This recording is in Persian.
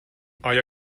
آیا